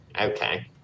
Okay